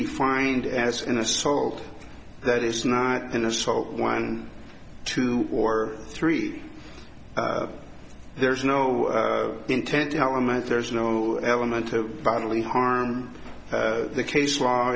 defined as an assault that is not an assault one two or three there's no intent element there's no element to bodily harm the case wh